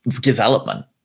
development